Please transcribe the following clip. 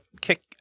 kick